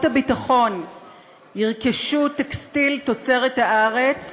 הביטחון ירכשו טקסטיל תוצרת הארץ,